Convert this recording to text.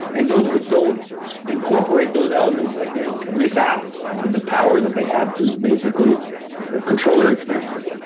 and those that don't incorporate those elements, i think, miss out on the power that they have to basically control their experience.